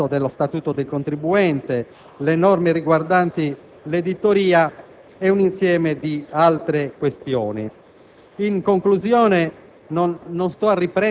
alla coerenza dei provvedimenti con il dettato dello Statuto del contribuente, alle norme riguardanti l'editoria e ad un complesso di altre questioni.